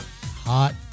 hot